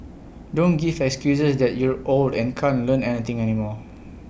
don't give excuses that you're old and can't Learn Anything anymore